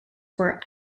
were